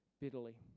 bitterly